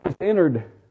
entered